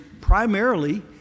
primarily